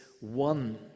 one